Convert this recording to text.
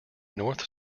north